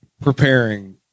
preparing